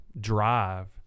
drive